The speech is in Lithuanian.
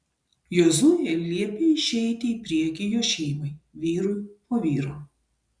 jozuė liepė išeiti į priekį jo šeimai vyrui po vyro